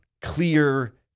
clear